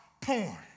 porn